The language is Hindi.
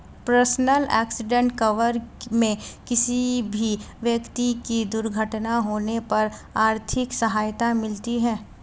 पर्सनल एक्सीडेंट कवर में किसी भी व्यक्ति की दुर्घटना होने पर आर्थिक सहायता मिलती है